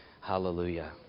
Hallelujah